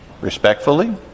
Respectfully